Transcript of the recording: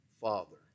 Father